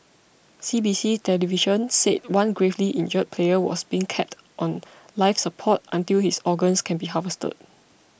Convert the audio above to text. C B C television said one gravely injured player was being kept on life support until his organs can be harvested